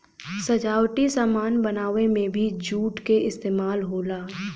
सजावटी सामान बनावे में भी जूट क इस्तेमाल होला